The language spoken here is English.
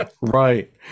Right